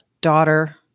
daughter